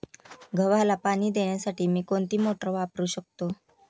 गव्हाला पाणी देण्यासाठी मी कोणती मोटार वापरू शकतो?